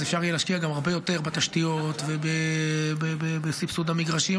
אז אפשר יהיה גם להשקיע הרבה יותר בתשתיות ובסבסוד המגרשים.